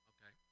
Okay